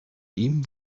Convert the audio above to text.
ihm